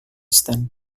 stand